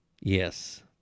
yes